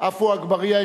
עפו אגבאריה,